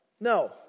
No